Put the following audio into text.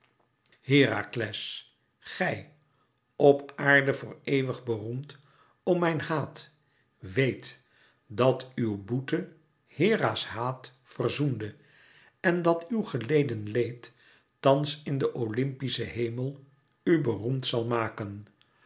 herakles gij op aarde voor eeuwig beroemd om mijn haat weet dat uw boete hera's haat verzoende en dat uw geleden leed thans in den oympischen hemel u beroemd zal maken